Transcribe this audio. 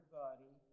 body